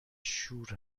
شور